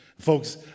Folks